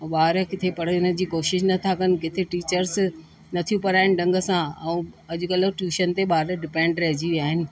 ॿार किथे पढ़ण जी कोशिश नथा कनि किथे टीचर्स नथियूं पढ़ाइनि ढंग सां ऐं अॼुकल्ह ट्यूशन ते ॿार डिपैंड रहिजी विया आहिनि